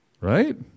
right